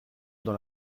dans